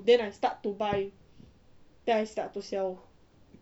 then I start to buy then I start to sell